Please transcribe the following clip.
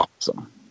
Awesome